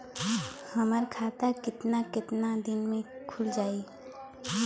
हमर खाता कितना केतना दिन में खुल जाई?